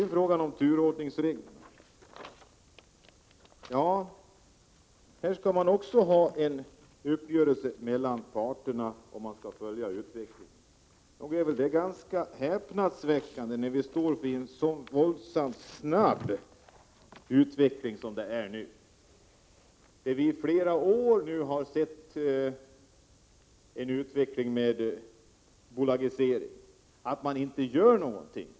När det gäller turordningsreglerna vill man också ha en uppgörelse mellan parterna, och man skall följa utvecklingen. Nog är detta ganska häpnadsväckande när vi står inför en så våldsamt snabb utveckling. Vi har ju under flera år sett en utveckling med bolagisering, som regeringen inte gör något åt.